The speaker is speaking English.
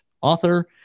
author